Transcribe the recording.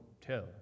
Tell